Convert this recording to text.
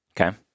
Okay